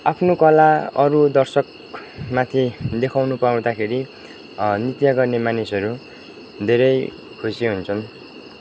आफ्नो कला अरू दर्शकमाथि देखाउनु पाउँदाखेरि नृत्य गर्ने मानिसहरू धेरै खुसी हुन्छन्